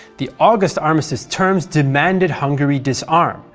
the august armistice terms demanded hungary disarm,